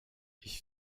ich